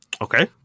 Okay